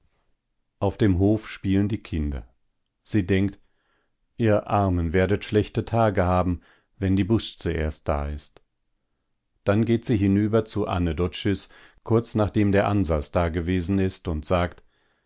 auf dem hof spielen die kinder sie denkt ihr armen werdet schlechte tage haben wenn die busze erst da ist dann geht sie hinüber zur ane doczys kurz nachdem der ansas dagewesen ist und sagt